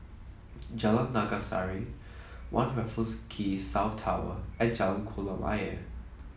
Jalan Naga Sari One Raffles Quay South Tower and Jalan Kolam Ayer